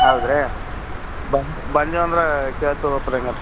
ಹೌದಾ ರೀ ಬಂದು ಬಂದೇವಂದ್ರೆ ಕೇಳ್ತೇವೆ